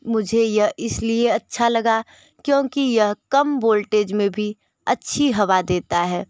मुझे यह इसलिए अच्छा लगा क्योंकि यह कम वोल्टेज में भी अच्छी हवा देता हैं